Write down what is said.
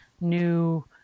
new